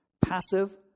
Passive